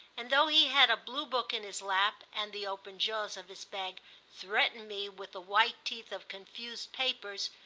and though he had a blue-book in his lap and the open jaws of his bag threatened me with the white teeth of confused papers,